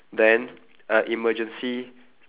then an emergency